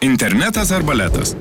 internetas ar baletas